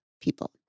people